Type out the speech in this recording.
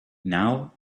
now